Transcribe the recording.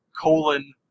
colon